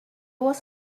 was